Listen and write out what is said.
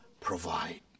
provide